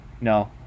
No